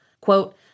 Quote